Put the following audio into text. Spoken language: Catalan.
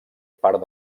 part